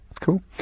Cool